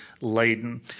laden